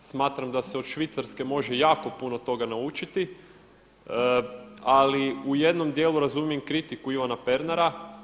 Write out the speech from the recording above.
Smatram da se od Švicarske jako puno toga naučiti, ali u jednom dijelu razumijem kritiku Ivana Pernara.